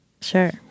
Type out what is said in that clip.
Sure